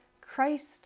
Christ